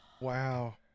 Wow